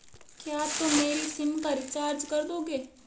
क्या तुम मेरी सिम का रिचार्ज कर दोगे?